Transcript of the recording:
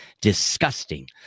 Disgusting